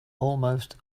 almost